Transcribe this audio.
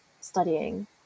studying